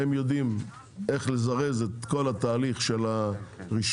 הם יודעים איך לזרז את כל התהליך של הרישוי,